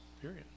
period